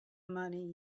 money